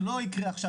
זה לא יקרה עכשיו,